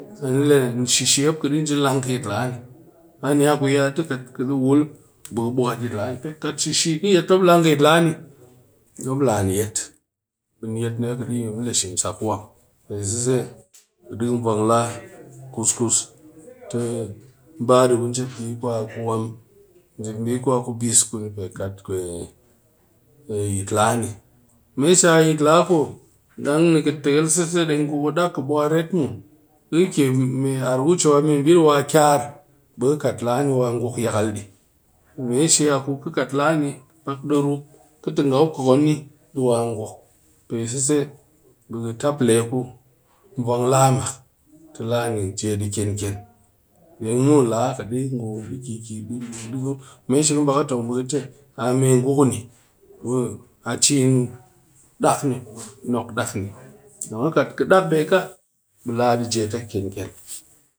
Kat nga a ngok ko a lapet o kat a kapian o ɗang le kut ɗi ngukum nga ɓi kɨ kus ku wus kwat wus tong ka'a wus, wus ɗi wong ka ɓɨ kɨ kat ka wung ɓe me shi ɓi kat kapian ɗɨ ni le ku kut del dikin but ka me she wong am kuyawus ka muk ɗi sa le but ka tal kɨ ke peme mulak mop ka lap yine ka suwa'a kat ka shuwa dan ka tong di le bɨ ka kat lapit yet ka kwat kom gadina, kom mangor ku kom tiyet ka chet ƙi tong ka ni kɨ okot ka'ka ku gano ɓɨ ubin ɗi yaka pwet pak murak lapit ni ɗi sa pwat, yakal ki ke peme mulak mop ɗi be lapit ni ɗi kyes ɓɨ kapaian ni ɗi je. ani le she-she ɗe je lang kɨ yit lani ani kwa ya tɨ de wul be kɨ but yit lani kat kɨ yet she-she mop lang kɨ yit lani be ɗi laniyet bɨ niyet yem le she-shak ɗɨ wuam pe sɨse ɗe vwang lani kus-kus tɨ ba ɗi ku bi kubis kini pe kat kwe yit lani me shi shi yit lani deng kɨ but yitlani riret muw ɗi ki me ara wacewa bɨ me bi ɗi kyar yit lani ɓi kɨ taple ku vwang it lani deng muw kɨ bakɨ ti a ame ngu kuni ɓi di nung dɨ keki, bɨ a chin dak lani nok dak ni